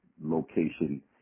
location